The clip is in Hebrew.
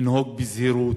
לנהוג בזהירות,